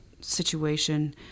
situation